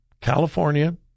California